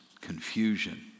confusion